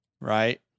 right